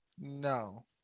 No